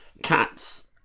cats